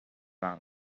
monk